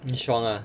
你爽啊